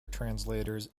translators